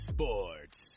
Sports